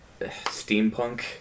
steampunk